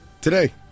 Today